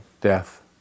Death